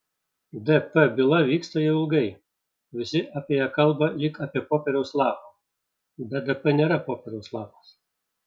dp byla vyksta jau ilgai visi apie ją kalba lyg apie popieriaus lapą bet dp nėra popieriaus lapas